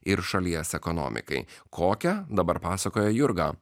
ir šalies ekonomikai kokią dabar pasakoja jurga